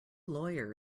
lawyer